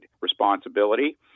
responsibility